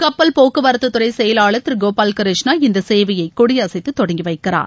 கப்பல் போக்குவரத்து துறை செயலாளர் திரு கோபால் கிருஷ்ணா இந்த சேவையை கொடியசைத்து தொடங்கி வைக்கிறார்